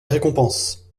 récompense